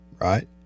Right